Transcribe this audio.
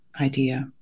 idea